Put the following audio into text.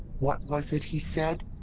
what was it he said?